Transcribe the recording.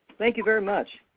thank you very much.